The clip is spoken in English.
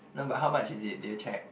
no but how much is it did you check